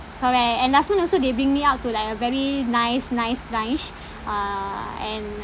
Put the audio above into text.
correct and last month also they bring me out to like a very nice nice lunch uh and